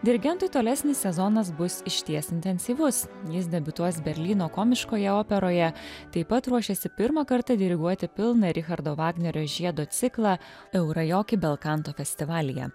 dirigentui tolesnis sezonas bus išties intensyvus jis debiutuos berlyno komiškoje operoje taip pat ruošiasi pirmą kartą diriguoti pilną richardo vagnerio žiedo ciklą eurajoki belkanto festivalyje